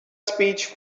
speech